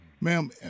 Ma'am